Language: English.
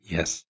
Yes